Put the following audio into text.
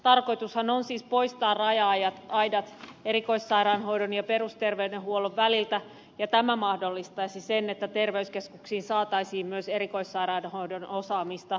tarkoitushan on siis poistaa raja aidat erikoissairaanhoidon ja perusterveydenhuollon väliltä ja tämä mahdollistaisi sen että terveyskeskuksiin saataisiin myös erikoissairaanhoidon osaamista